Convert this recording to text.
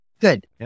Good